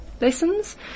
lessons